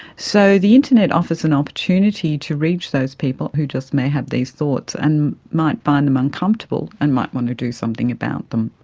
so the internet offers an opportunity to reach those people who just may have these thoughts and might find them uncomfortable and might want to do something about them.